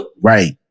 Right